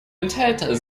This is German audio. enthält